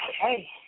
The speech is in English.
Okay